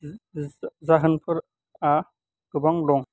जाहोनफोरा गोबां दं